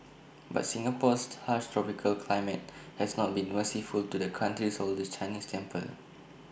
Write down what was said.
but Singapore's harsh tropical climate has not been merciful to the country's oldest Chinese temple